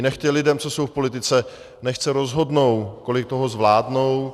Nechte lidem, co jsou v politice, nechť se rozhodnou, kolik toho zvládnou.